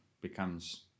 becomes